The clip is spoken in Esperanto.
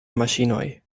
maŝinoj